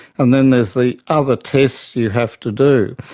and then there's the other test you have to do.